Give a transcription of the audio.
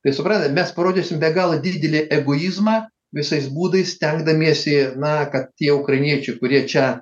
tai suprantat mes parodysim be galo didelį egoizmą visais būdais stengdamiesi na kad tie ukrainiečių kurie čia